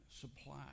supply